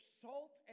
salt